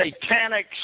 satanic